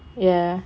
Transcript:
ya